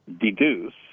deduce